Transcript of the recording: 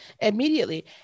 Immediately